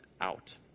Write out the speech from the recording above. out